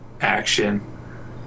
action